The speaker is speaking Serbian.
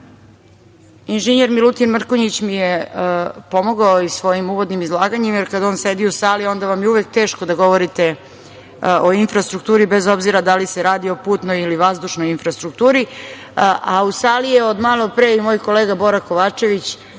inženjer Milutin Mrkonjić mi je pomogao i svojim uvodnim izlaganjem, jer kada on sedi u sali, onda mi je uvek teško da govorim o infrastrukturi bez obzira da li se radi o putnoj ili vazdušnoj infrastrukturi, a u sali je od malopre i moj kolega Bora Kovačević,